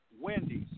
Wendy's